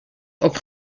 auf